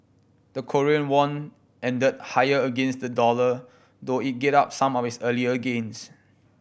the Korean won ended higher against the dollar though it gave up some of its earlier gains